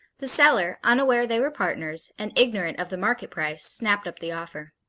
the seller, unaware they were partners, and ignorant of the market price, snapped up the offer.